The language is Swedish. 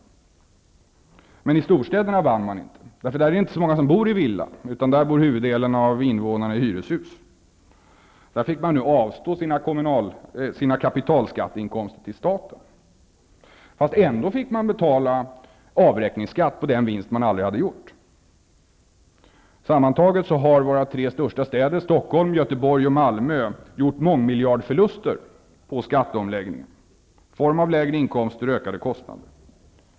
Men storstäderna vann inte. Där är det inte så många som bor i villa. Där bor huvuddelen av invånarna i hyreshus. Där fick man nu avstå sina kapitalskatteinkomster till staten. Ändå fick storstäderna betala avräkningsskatt för den vinst de aldrig hade gjort. Sammantaget har våra tre största städer, Stockholm, Göteborg och Malmö, gjort mångmiljardförluster på skatteomläggningen i form av lägre inkomster och ökade kostnader.